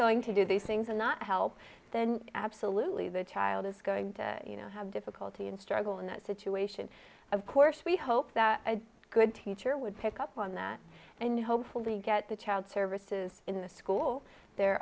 going to do these things and not help then absolutely the child is going to you know have difficulty in struggle in that situation of course we hope that a good teacher would pick up on that and hopefully get the child services in the school there